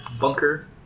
bunker